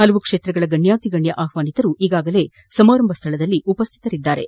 ಪಲವು ಕ್ಷೇತ್ರಗಳ ಗಣ್ಯಾತಿಗಣ್ಯ ಆಪ್ವಾನಿಕರು ಈಗಾಗಲೇ ಸಮಾರಂಭ ಸ್ಥಳದಲ್ಲಿ ಉಪಸ್ಥಿತರಿದ್ದಾರೆ